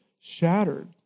shattered